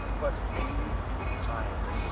but be kind,